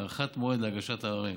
להארכת מועד להגשת עררים.